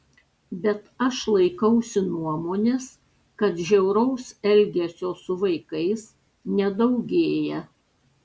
bet aš laikausi nuomonės kad žiauraus elgesio su vaikais nedaugėja